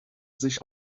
sich